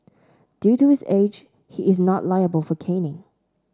due to his age he is not liable for caning